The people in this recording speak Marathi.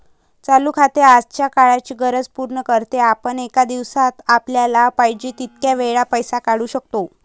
चालू खाते आजच्या काळाची गरज पूर्ण करते, आपण एका दिवसात आपल्याला पाहिजे तितक्या वेळा पैसे काढू शकतो